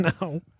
No